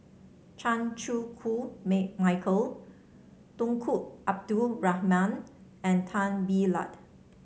Chan Chew Koon Make Michael Tunku Abdul Rahman and Tan Bee Liat